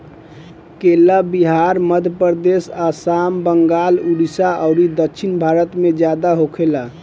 केला बिहार, मध्यप्रदेश, आसाम, बंगाल, उड़ीसा अउरी दक्षिण भारत में ज्यादा होखेला